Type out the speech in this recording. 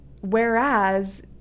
whereas